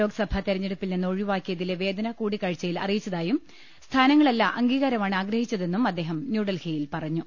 ലോക്സഭാതെരഞ്ഞെടുപ്പിൽനിന്ന് ഒഴിവാക്കിയ തിലെ വേദന കൂടിക്കാഴ്ചയിൽ അറിയിച്ചതായും സ്ഥാനങ്ങളല്ല അംഗീ കാരമാണ് ആഗ്രഹിച്ചതെന്നും അദ്ദേഹം ന്യൂഡൽഹിയിൽ പറഞ്ഞു